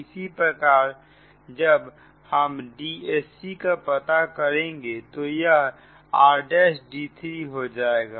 और इसी प्रकार जब हम Dsc पता करेंगे तो यह r'd3 हो जाएगा